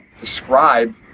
describe